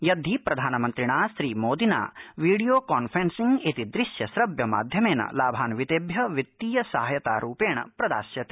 यद्धि प्रधानमन्त्रिणा मोदिना वीडियो कॉन्फ्रेंसिंग इति दृश्य श्रव्य मध्यमेन लाभान्वितेभ्य वित्तीय सहायता रूपेण प्रदास्यते